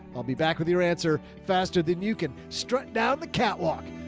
i'll be back with your answer faster than you can strut down the cat lock